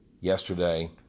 Yesterday